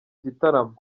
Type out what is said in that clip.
gitaramo